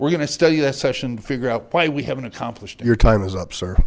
we're gonna study that session to figure out why we haven't accomplished your time is up sir